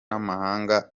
amahanga